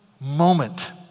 moment